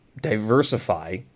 diversify